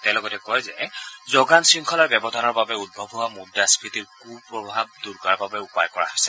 তেওঁ লগতে কয় যে যোগান শৃংখলাৰ ব্যৱধানৰ বাবে উদ্ভৱ হোৱা মুদ্ৰাস্ফীতিৰ কু প্ৰভাৱ দূৰ কৰাৰ বাবে উপায় কৰা হৈছে